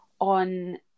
on